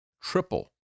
triple